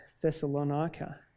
Thessalonica